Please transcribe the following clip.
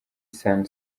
sun